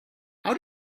how